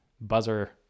buzzer